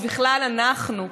ובכלל אנחנו,